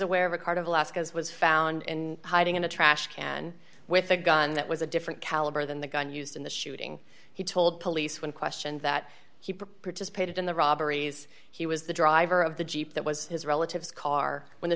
aware of a cart of alaska's was found in hiding in a trash can with a gun that was a different caliber than the gun used in the shooting he told police when questioned that he purchased paid in the robberies he was the driver of the jeep that was his relatives car when the